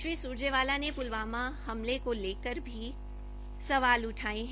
श्री सुरजेवाला ने पुलवामा हमले को लेकर भी सवाल उठाये है